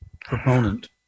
proponent